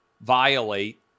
violate